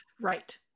Right